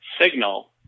signal